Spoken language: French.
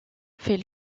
fait